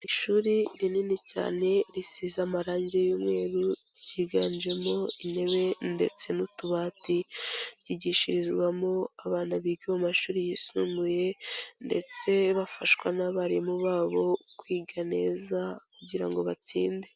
Ishuri rinini cyane risize amarangi y'umweru ryiganjemo intebe ndetse n'utubati, ryigishirizwamo abana biga mu mashuri yisumbuye ndetse bafashwa n'abarimu babo kwiga neza kugira ngo batsinde.